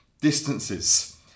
distances